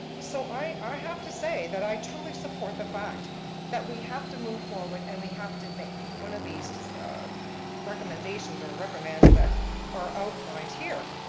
so i have to say that i truly support the fact that we have to move forward and we have to make one of these recommendations or reprimands that are outlined here.